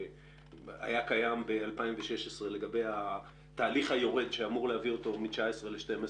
שהיה קיים ב-2016 לגבי התהליך היורד שאמור להביא אותו מ-19 ל-12.